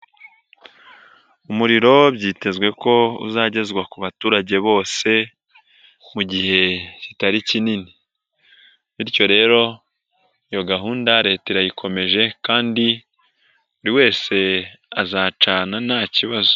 Uriro byitezwe ko uzagezwa ku baturage bose mu gihe kitari kinini, bityo rero iyo gahunda Leta irayikomeje kandi buri wese azacana nta kibazo.